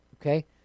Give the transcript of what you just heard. Okay